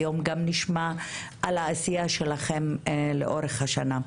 היום גם נשמע על העשייה שלכם במשך השנה.